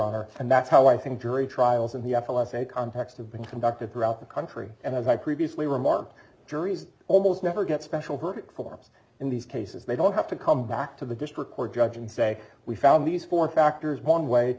honor and that's how i think jury trials and the f l s a context of being conducted throughout the country and as i previously remark juries almost never get special perfect forms in these cases they don't have to come back to the district court judge and say we found these four factors one way